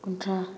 ꯀꯨꯟꯊ꯭꯭ꯔꯥ